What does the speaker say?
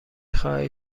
خواهید